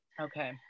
Okay